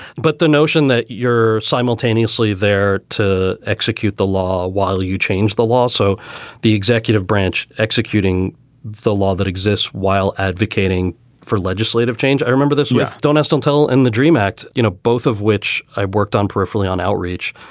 but the notion that your simultaneously there to execute the law while you change the law, so the executive branch executing the law that exists while advocating for legislative change. i remember this don't ask, don't tell and the dream act, know, both of which i've worked on peripherally on outreach.